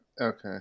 okay